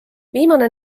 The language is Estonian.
viimane